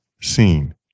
seen